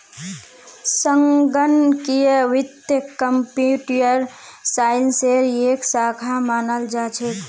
संगणकीय वित्त कम्प्यूटर साइंसेर एक शाखा मानाल जा छेक